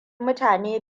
mutane